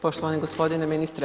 Poštovani gospodine ministre.